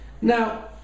Now